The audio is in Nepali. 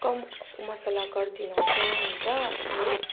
कम मसाला गरिदिनुहोस् न हुन्छ अनि